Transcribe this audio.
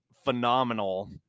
phenomenal